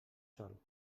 sol